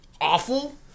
awful